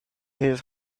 his